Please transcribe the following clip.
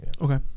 Okay